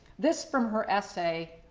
this from her essay,